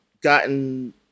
gotten